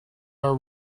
are